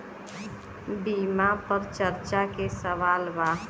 बीमा पर चर्चा के सवाल बा?